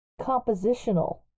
compositional